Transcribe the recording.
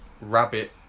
rabbit